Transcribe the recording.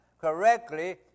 correctly